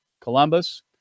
Columbus